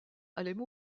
allaient